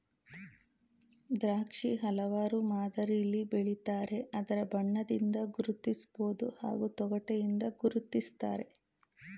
ದ್ರಾಕ್ಷಿ ಹಲವಾರು ಮಾದರಿಲಿ ಬೆಳಿತಾರೆ ಅದರ ಬಣ್ಣದಿಂದ ಗುರ್ತಿಸ್ಬೋದು ಹಾಗೂ ತೊಗಟೆಯಿಂದ ಗುರ್ತಿಸ್ತಾರೆ